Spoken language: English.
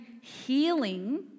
healing